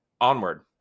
Onward